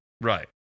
Right